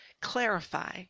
clarify